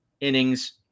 innings